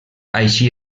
així